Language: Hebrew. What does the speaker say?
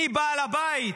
מי בעל הבית,